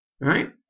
right